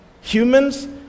Humans